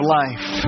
life